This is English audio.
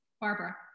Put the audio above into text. Barbara